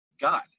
God